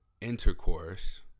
intercourse